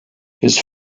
his